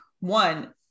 One